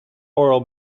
oral